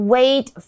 Wait